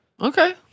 Okay